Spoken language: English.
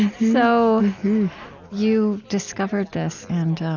so you discovered this, and